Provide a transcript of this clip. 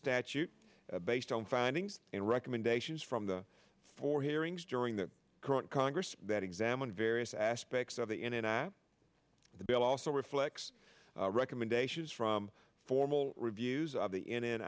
statute based on findings and recommendations from the four hearings during the current congress that examined various aspects of the internet the bill also reflects recommendations from formal reviews of the n i